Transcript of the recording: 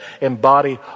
embody